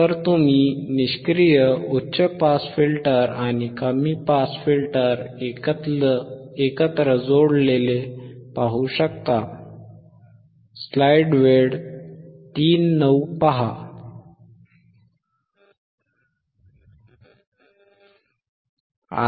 तर तुम्ही निष्क्रिय उच्च पास फिल्टर आणि कमी पास फिल्टर एकत्र जोडलेले पाहू शकता